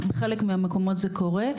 חלק מהמקומות זה קורה.